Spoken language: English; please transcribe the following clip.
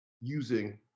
using